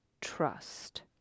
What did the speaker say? trust